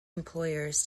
employers